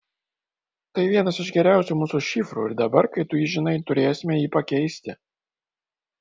tai vienas iš geriausių mūsų šifrų ir dabar kai tu jį žinai turėsime jį pakeisti